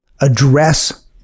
address